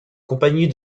compagnie